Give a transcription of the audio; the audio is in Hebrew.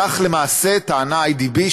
כך למעשה טענה איי.די.בי.